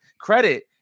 credit